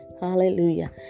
Hallelujah